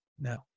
no